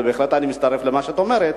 ובהחלט אני מצטרף למה שאת אומרת: